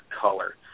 color